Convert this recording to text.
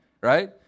right